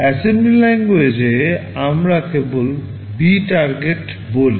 assembly language এ আমরা কেবল B টার্গেট বলি